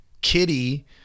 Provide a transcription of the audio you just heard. kitty